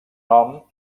nom